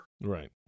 right